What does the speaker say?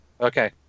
Okay